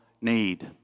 need